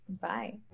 Bye